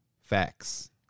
Facts